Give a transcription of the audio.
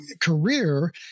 career